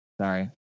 Sorry